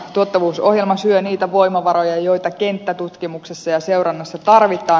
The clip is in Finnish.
tuottavuusohjelma syö niitä voimavaroja joita kenttätutkimuksessa ja seurannassa tarvitaan